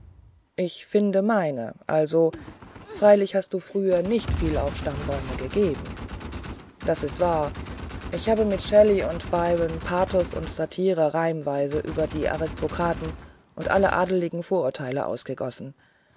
ich finde meine also freilich hast du früher nicht viel auf stammbäume gegeben das ist wahr ich habe mit shelley und byron pathos und satire reimweise über die aristokraten und alle adeligen vorurteile ausgegossen